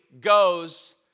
goes